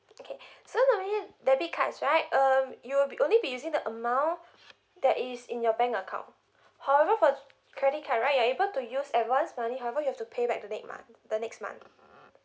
okay so normally debit cards right um you will be only be using the amount that is in your bank account however for credit card right you are able to use advanced money however you have to pay back the late month the next month